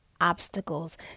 obstacles